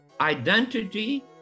identity